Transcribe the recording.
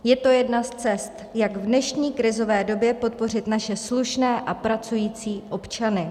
Je to jedna z cest, jak v dnešní krizové době podpořit naše slušné a pracující občany.